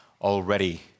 already